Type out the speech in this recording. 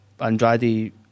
Andrade